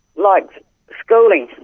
like schooling.